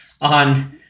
on